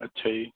ਅੱਛਾ ਜੀ